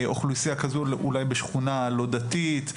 אוכלוסייה כזו אולי בשכונה לא דתית,